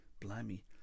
Blimey